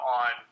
on